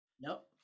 Nope